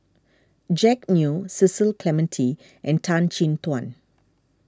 Jack Neo Cecil Clementi and Tan Chin Tuan